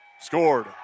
scored